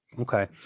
Okay